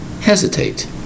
hesitate